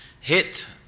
hit